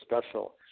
special